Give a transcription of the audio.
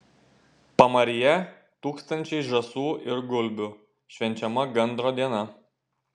pamaryje tūkstančiai žąsų ir gulbių švenčiama gandro diena